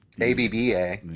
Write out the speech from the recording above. ABBA